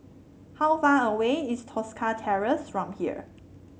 how far away is Tosca Terrace from here